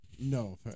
No